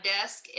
desk